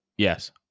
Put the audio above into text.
Yes